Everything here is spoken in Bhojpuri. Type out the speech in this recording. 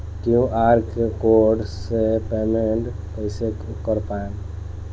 क्यू.आर कोड से पेमेंट कईसे कर पाएम?